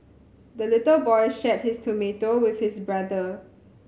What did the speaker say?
the little boy shared his tomato with his brother